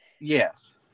Yes